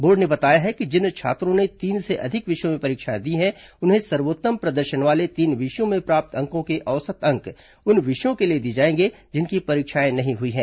board ने बताया है कि जिन छात्रों ने तीन से अधिक विषयों में परीक्षाएं दी हैं उन्हें सर्वोत्तम प्रदर्शन वाले तीन विषयों में प्राप्त अंकों के औसत अंक उन विषयों के लिए दिए जाएंगे जिनकी परीक्षाएं नहीं हुई हैं